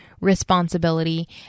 responsibility